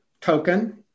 token